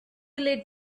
lit